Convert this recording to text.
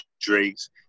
Drake's